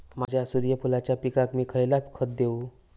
माझ्या सूर्यफुलाच्या पिकाक मी खयला खत देवू?